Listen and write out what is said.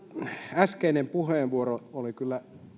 äskeinen puheenvuoro oli kyllä